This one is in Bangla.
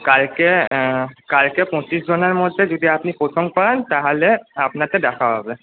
কালকে কালকে পঁচিশ জনের মধ্যে যদি আপনি প্রথম পান তাহলে আপনাকে দেখা হবে